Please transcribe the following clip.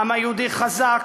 העם היהודי חזק,